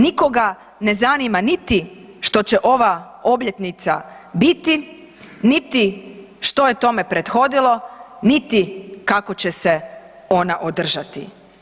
Nikoga ne zanima niti što će ova obljetnica biti niti što je tome prethodilo niti kako će se ona održati.